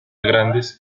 grandes